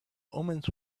omens